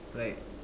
like